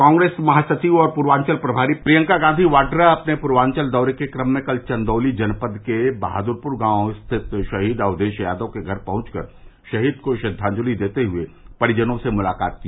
कांग्रेस महासचिव और पूर्वाचल प्रभारी प्रियंका गांधी वाड्रा अपने पूर्वाचल दौरे के क्रम में कल चंदौली जनपद के बहादुरपुर गांव स्थित शहीद अवधेश यादव के घर पहंचकर शहीद को श्रद्वाजलि देते हए परिजनों से मुलाकात किया